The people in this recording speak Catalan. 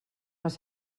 les